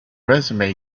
resume